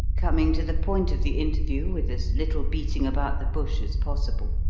coming to the point of the interview with as little beating about the bush as possible.